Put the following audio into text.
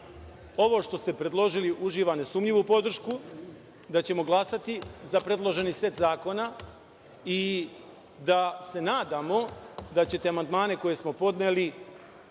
ovo što ste predložili uživa nesumnjivu podršku, da ćemo glasati za predloženi set zakona i da se nadamo da ćete amandmane koje smo podneli